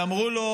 ואמרו לו,